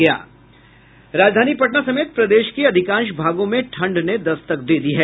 राजधानी पटना समेत प्रदेश के अधिकांश भागों में ठंड ने दस्तक दे दी है